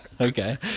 Okay